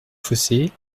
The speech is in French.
fossés